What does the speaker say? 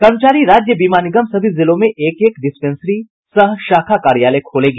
कर्मचारी राज्य बीमा निगम सभी जिलों में एक एक डिस्पेंसरी सह शाखा कार्यालय खोलेगी